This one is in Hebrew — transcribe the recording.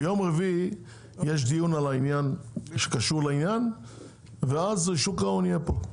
ביום רביעי יש דיון שקשור לעניין ושוק ההון יהיה פה.